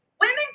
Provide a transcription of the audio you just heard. Women